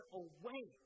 away